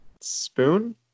spoon